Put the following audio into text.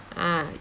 ah